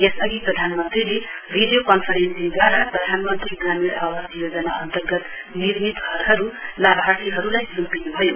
यसअधि प्रधानमन्त्रीले भिडियो कन्फरेन्सिङदवारा प्रधानमन्त्री ग्रामीण आवास योजना अन्तर्गत निर्मित घरहरू लाभार्थीहरूलाई सुम्पिनुभयो